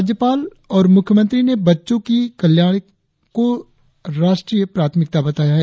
राज्यपाल और मुख्यमंत्री ने बच्चो की कल्याण को राष्ट्रीय प्राथमिकता बताया है